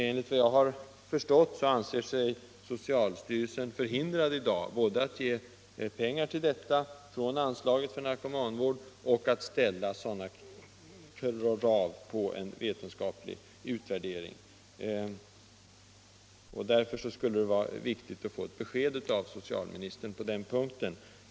Enligt vad jag har förstått anser sig socialstyrelsen förhindrad i dag, både att ge pengar till detta från anslaget för narkomanvård, och att ställa krav på en vetenskaplig utvärdering. Därför är det viktigt att få ett besked av socialministern på den punkten.